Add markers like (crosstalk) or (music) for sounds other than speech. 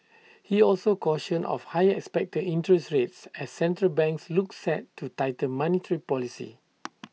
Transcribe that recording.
he also cautioned of higher expected interest rates as central banks look set to tighten monetary policy (noise)